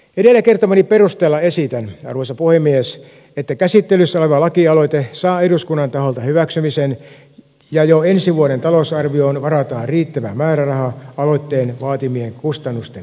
edellä kertomani perusteella esitän arvoisa puhemies että käsittelyssä oleva lakialoite saa eduskunnan taholta hyväksymisen ja jo ensi vuoden talousarvioon varataan riittävä määräraha aloitteen vaatimien kustannusten kattamiseksi